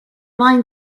mind